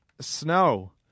Snow